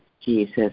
Jesus